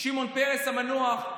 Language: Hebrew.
שמעון פרס המנוח,